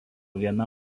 viena